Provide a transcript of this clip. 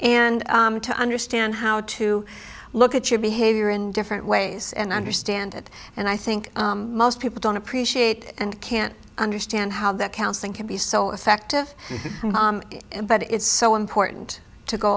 and to understand how to look at your behavior in different ways and understand it and i think most people don't appreciate and can't understand how that counseling can be so effective but it's so important to go